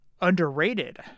underrated